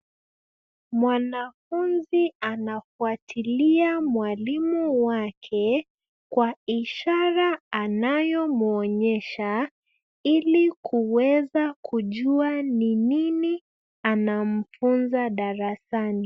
Mwanafunzi anafwatilia mwalimu wake, kwa ishara anayomwonyesha, ilikuweza kujua ni nini anamfunza darasani.